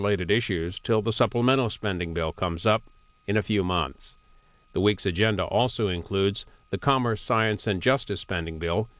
related issues till the supplemental spending bill comes up in a few months the weeks agenda also includes the commerce science and justice spending bill